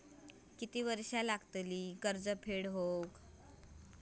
किती वर्षे लागतली कर्ज फेड होऊक?